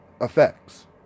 effects